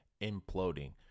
imploding